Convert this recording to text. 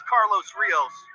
Carlos-Rios